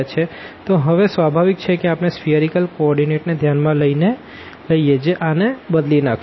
તો હવે સ્વાભાવિક છે કે આપણે સ્ફીઅરીકલ કો ઓર્ડીનેટ ને ધ્યાન માં લઈએ જે આને બદલી નાખશે